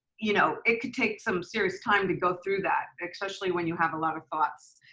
you know it could take some serious time to go through that, especially when you have a lot of thoughts,